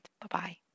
Bye-bye